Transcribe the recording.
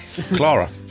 Clara